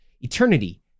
eternity